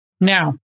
Now